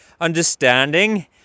Understanding